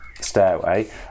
stairway